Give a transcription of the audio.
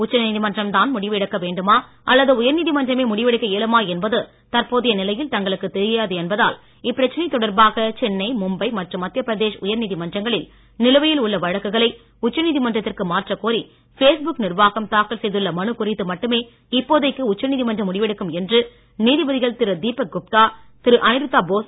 உச்ச நீதிமன்றம்தான் முடிவு எடுக்க வேண்டுமா உயர் நீதிமன்றமே முடிவெடுக்க இயலுமா என்பது தற்போதைய நிலையில் தங்களுக்குத் தெரியாது என்பதால் இப்பிரச்சனை தொடர்பாக சென்னை மும்பை மற்றும் மத்தியப்பிரதேஷ் உயர் நீதிமன்றங்களில் நிலுவையில் உள்ள வழக்குகளை உச்ச நீதிமன்றத்திற்கு மாற்றக்கோரி பேஸ்புக் நிர்வாகம் தாக்கல் செய்துள்ள மனு குறித்து மட்டுமே இப்போதைக்கு உச்ச நீதிமன்றம் முடிவெடுக்கும் என்று நீதிபதிகள் திரு தீபக் குப்தா திரு அனிருத்தா போஸ் ஆகியோர் அடங்கிய பெஞ்ச் இன்று கூறியது